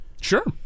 Sure